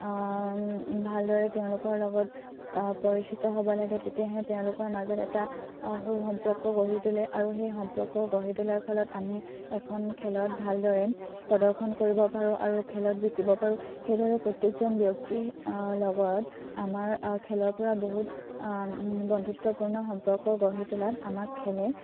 ভালদৰে তেওঁলোকৰ লগত পৰিচিত হ'ব লাগে তেতিয়াহে তেওঁলোকৰ মাজত এটা সু সম্পৰ্ক গঢ়ি তোলে আৰু সেই সম্পৰ্ক গঢ়ি তোলাৰ ফলত আমি এখন খেলত ভালদৰে প্ৰদৰ্শন কৰিব পাৰোঁ আৰু খেলত জিকিব পাৰোঁ সেইদৰে প্ৰত্যেকজন ব্যক্তিৰ লগত আমাৰ খেলৰপৰা বহুত বন্ধুত্বপূৰ্ণ সম্পৰ্ক গঢ়ি তোলাত আমাক খেলে